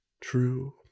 true